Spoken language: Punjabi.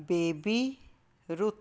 ਬੇਬੀ ਰੁੱਤ